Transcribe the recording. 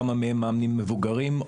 כמה מהם מאמנים מבוגרים,